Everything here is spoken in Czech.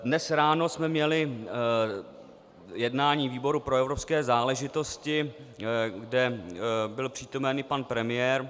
Dnes ráno jsme měli jednání výboru pro evropské záležitosti, kde byl přítomen i pan premiér.